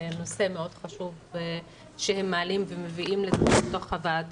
הנושא המאוד חשוב שהם מעלים ומביאים לוועדה,